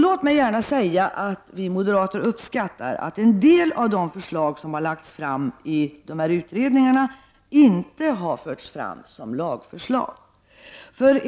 Låt mig gärna säga att vi moderater uppskattar att en del av de förslag som lagts fram i utredningarna inte förts fram som lagförslag.